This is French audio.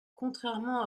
contrairement